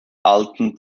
alten